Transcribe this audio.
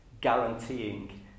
guaranteeing